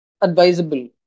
advisable